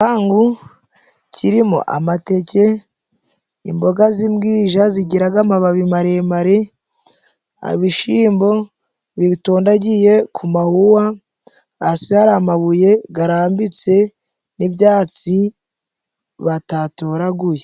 Igipangu kirimo amateke imboga z'imbwija zigiraga amababi maremare, abishyimbo bitondagiye ku mawuwa hasi hari amabuye garambitse n'ibyatsi batatoraguye.